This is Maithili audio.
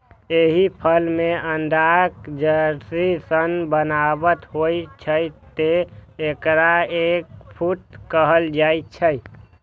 एहि फल मे अंडाक जर्दी सन बनावट होइ छै, तें एकरा एग फ्रूट कहल जाइ छै